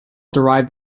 derived